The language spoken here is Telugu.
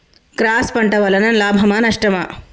క్రాస్ పంట వలన లాభమా నష్టమా?